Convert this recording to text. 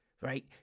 right